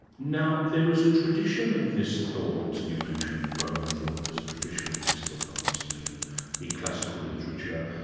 now there is a tradition of this thought, you mentioned roman thought, there's a tradition of this thought obviously in in classical literature,